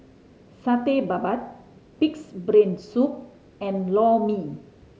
Satay Babat Pig's Brain Soup and Lor Mee